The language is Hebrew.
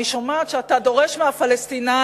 אני שומעת שאתה דורש מהפלסטינים,